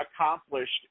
accomplished